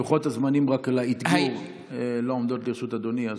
לוחות הזמנים לא עומדים לרשות אדוני,